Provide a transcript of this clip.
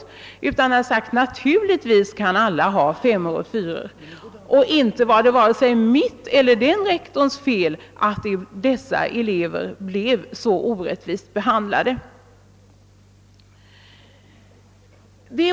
Rektorn i detta skoldistrikt hade fått svaret: »Naturligtvis kan alla få fyror och femmor.» Och inte var det vare sig mitt eller den andre rektorns fel, att dessa elever blev så orättvist behandlade.